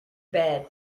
bed